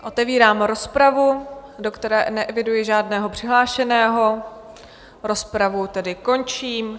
Otevírám rozpravu, do které neeviduji žádného přihlášeného, rozpravu tedy končím.